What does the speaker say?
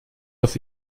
auf